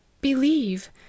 believe